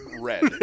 red